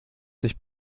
sich